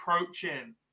approaching